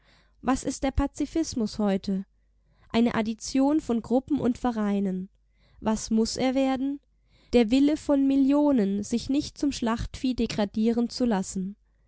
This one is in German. was ist der pazifismus heute eine addition von gruppen und vereinen was muß er werden der wille von millionen sich nicht zum schlachtvieh degradieren zu lassen